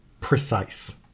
precise